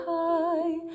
high